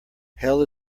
hell